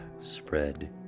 spread